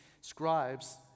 scribes